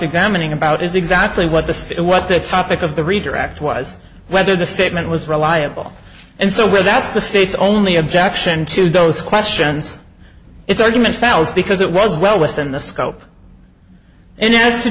examining about is exactly what the it what the topic of the redirect was whether the statement was reliable and so will that's the state's only objection to those questions its argument fails because it was well within the scope and as to